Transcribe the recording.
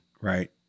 Right